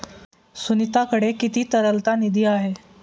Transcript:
सुनीताकडे किती तरलता निधी आहे?